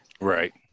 Right